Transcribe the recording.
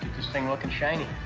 this thing looking shiny.